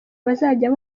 bazajya